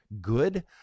good